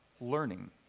learning